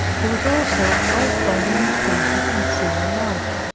there was also a corresponding improvement in civil life.